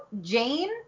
Jane